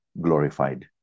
glorified